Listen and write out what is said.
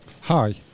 Hi